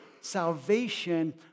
salvation